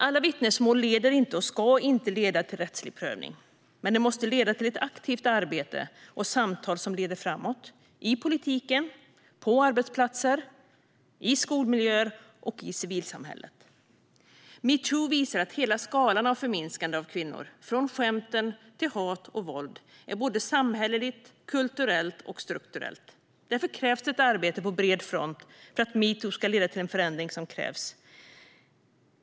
Alla vittnesmål leder inte, och ska inte leda, till rättslig prövning, men de måste leda till ett aktivt arbete och samtal som leder framåt i politiken, på arbetsplatser, i skolmiljöer och i civilsamhället. Metoo visar att hela skalan av förminskande av kvinnor, från skämten till hat och våld, är både samhällelig, kulturell och strukturell. Därför krävs det ett arbete på bred front för att metoo ska leda till den förändring som krävs.